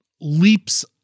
leaps